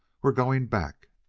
we're going back!